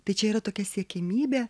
tai čia yra tokia siekiamybė